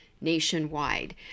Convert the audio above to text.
nationwide